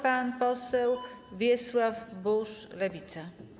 Pan poseł Wiesław Buż, Lewica.